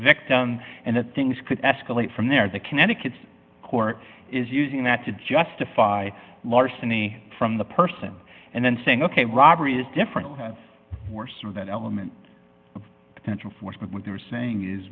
victim and that things could escalate from there the connecticut's court is using that to justify larceny from the person and then saying ok robbery is different with force or that element of potential force but what they're saying is